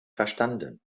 verstanden